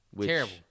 terrible